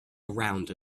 around